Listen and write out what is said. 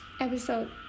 episode